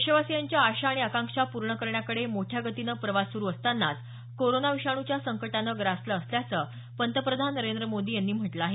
देशवासियांच्या आशा आणि आकांक्षा पूर्ण करण्याकडे मोठ्या गतीनं प्रवास सुरू असतानाच कोरोना विषाणूच्या संकटानं ग्रासलं असल्याचं पंतप्रधान नरेंद्र मोदी यांनी म्हटलं आहे